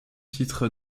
titre